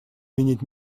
винить